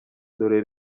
dore